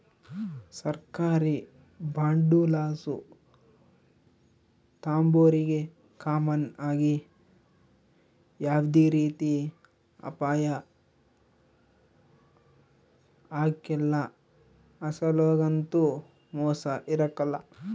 ಸರ್ಕಾರಿ ಬಾಂಡುಲಾಸು ತಾಂಬೋರಿಗೆ ಕಾಮನ್ ಆಗಿ ಯಾವ್ದೇ ರೀತಿ ಅಪಾಯ ಆಗ್ಕಲ್ಲ, ಅಸಲೊಗಂತೂ ಮೋಸ ಇರಕಲ್ಲ